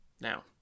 Now